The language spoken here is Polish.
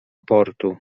portu